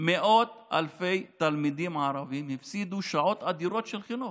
מאות אלפי תלמידים ערבים הפסידו שעות אדירות של חינוך.